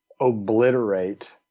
obliterate